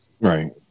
Right